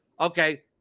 okay